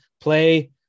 play